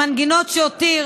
המנגינות שהותיר